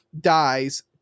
dies